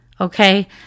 Okay